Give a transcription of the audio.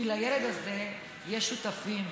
כי לילד הזה יש שותפים.